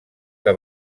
que